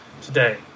today